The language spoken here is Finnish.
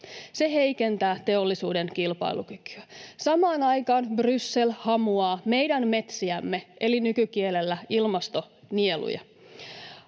Se heikentää teollisuuden kilpailukykyä. Samaan aikaan Bryssel hamuaa meidän metsiämme eli nykykielellä ilmastonieluja.